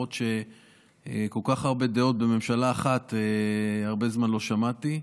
למרות שכל כך הרבה דעות בממשלה אחת הרבה זמן לא שמעתי.